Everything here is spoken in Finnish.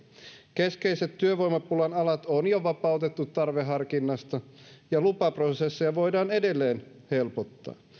keskeiset työvoimapulan alat on jo vapautettu tarveharkinnasta ja lupaprosesseja voidaan edelleen helpottaa